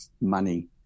money